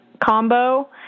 combo